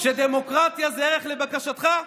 שדמוקרטיה זה ערך לבקשתך?